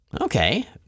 Okay